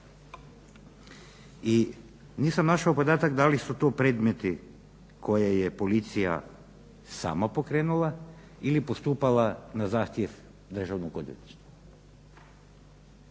i nisam našao podatak da li su to predmeti koje je policija sama pokrenula ili postupala na zahtjev Državnog odvjetništva.